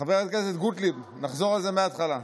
חברת הכנסת גוטליב, נחזור על זה מההתחלה.